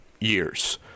years